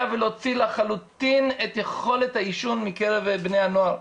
ולהוציא לחלוטין את יכולת העישון מקרב בני הנוער.